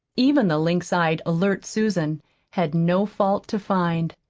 even the lynx-eyed, alert susan had no fault to find.